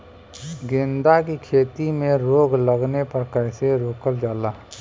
गेंदा की खेती में रोग लगने पर कैसे रोकल जाला?